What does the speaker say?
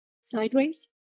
sideways